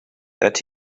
that